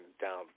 down